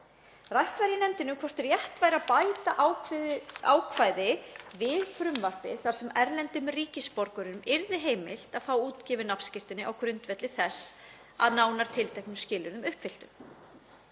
Rætt var í nefndinni um hvort rétt væri að bæta ákvæði við frumvarpið þar sem erlendum ríkisborgurum yrði heimilt að fá útgefin nafnskírteini á grundvelli þess, að nánar tilteknum skilyrðum uppfylltum.